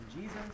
Jesus